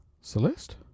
Celeste